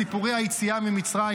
בסיפורי היציאה ממצרים?